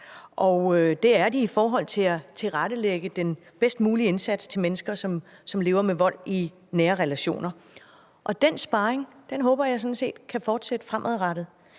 Og det er de i forhold til at tilrettelægge den bedst mulige indsats for mennesker, som lever med vold i nære relationer. Den sparring håber jeg sådan set kan fortsætte fremadrettet.